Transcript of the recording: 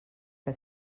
que